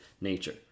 nature